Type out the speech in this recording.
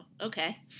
Okay